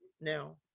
now